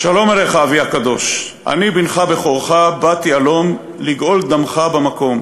"שלום עליך אבי הקדוש / אני בנך בכורך באתי הלום / לגאול דמך במקום!